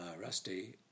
Rusty